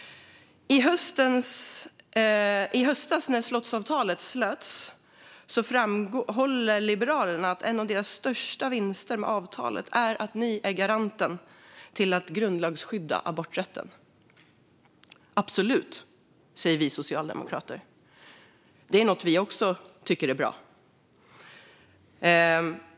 I höstas när slottsavtalet slöts framhöll ni i Liberalerna att en av era största vinster med avtalet var att ni är garanten för att grundlagsskydda aborträtten. Det är absolut något som också vi socialdemokrater tycker är bra.